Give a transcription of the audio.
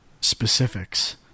specifics